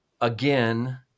again